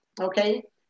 okay